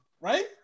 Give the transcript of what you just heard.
right